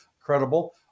credible